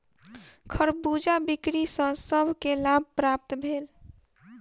खरबूजा बिक्री सॅ सभ के लाभ प्राप्त भेल